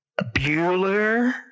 Bueller